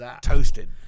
Toasted